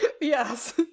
Yes